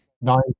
nine